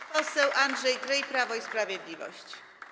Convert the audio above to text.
Pan poseł Andrzej Kryj, Prawo i Sprawiedliwość.